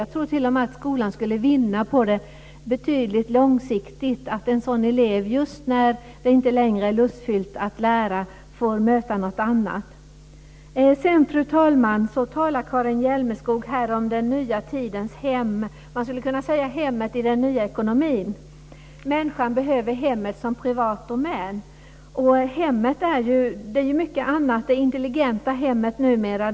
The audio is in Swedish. Jag tror t.o.m. att skolan långsiktigt skulle vinna på att en sådan elev, just när det inte längre är lustfyllt att lära, får möta något annat. Fru talman! Karin Hjälmeskog talar om den nya tidens hem - man skulle kunna säga hemmet i den nya ekonomin. Människan behöver hemmet som privat domän. Hemmet, det intelligenta hemmet, är ju mycket annat numera.